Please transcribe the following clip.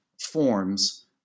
forms